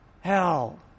Hell